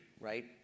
right